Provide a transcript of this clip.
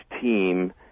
team